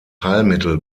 heilmittel